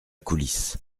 coulisse